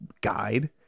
guide